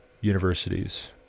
universities